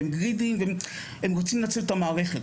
והם גרידים והם רוצים לנצל את המערכת,